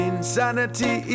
Insanity